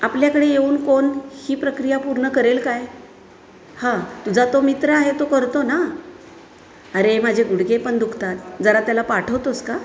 आपल्याकडे येऊन कोण ही प्रक्रिया पूर्ण करेल काय हां तुझा तो मित्र आहे तो करतो ना अरे माझे गुडघे पण दुखतात जरा त्याला पाठवतोस का